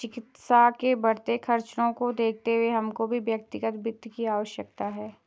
चिकित्सा के बढ़ते खर्चों को देखते हुए हमको भी व्यक्तिगत वित्त की आवश्यकता है